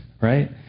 right